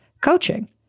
coaching